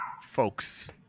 folks